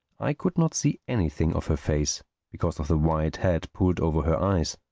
i could not see anything of her face because of the wide hat pulled over her eyes.